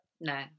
no